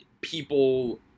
people